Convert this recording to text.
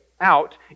out